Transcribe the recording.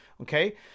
Okay